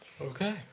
Okay